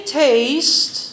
taste